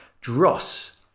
dross